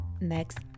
Next